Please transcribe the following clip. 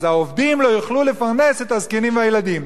אז העובדים לא יוכלו לפרנס את הזקנים והילדים.